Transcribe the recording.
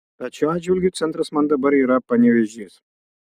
tad šiuo atžvilgiu centras man dabar yra panevėžys